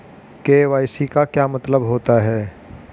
KYC का क्या मतलब होता है?